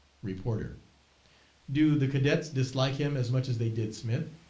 reporter do the cadets dislike him as much as they did smith?